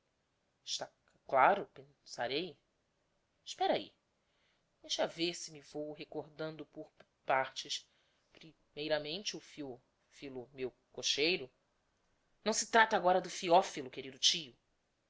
cclaro pen sarei espera ahi deixa ver se me vou recordando por p partes pri meiramente o phio philo o meu cocheiro não se trata agora do phiophilo querido tio